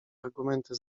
argumenty